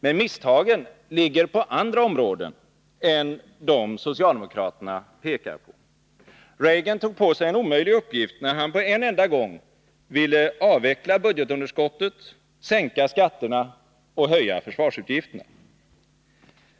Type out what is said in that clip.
Men misstagen ligger på andra områden än dem som socialdemokraterna pekar på. Reagan tog på sig en omöjlig uppgift, när han på en enda gång ville avveckla budgetunderskottet, sänka skatterna och höja försvarsutgifterna.